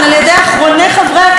שהם כביכול אשמים,